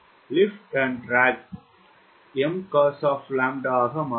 lift and drag Mcos of λ ஆக மாறும்